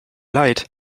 leid